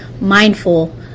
mindful